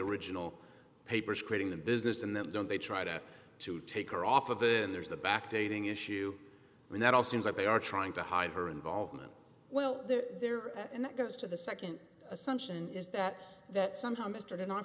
original papers creating the business and then don't they try to to take her off of it and there's the back dating issue and that all seems like they are trying to hide her involvement well there there and that goes to the second assumption is that that somehow mr not for